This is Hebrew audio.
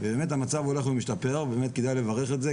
ובאמת המצב הולך ומשתפר ואפשר לברך על זה,